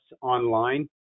online